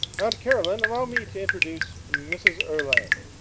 aunt caroline, allow me to introduce mrs. erlynne.